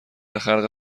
خلق